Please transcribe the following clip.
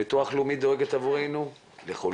הביטוח הלאומי דואג עבורנו לחולים,